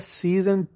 season